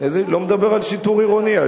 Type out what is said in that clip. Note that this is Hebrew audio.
אני לא מדבר על שיטור עירוני.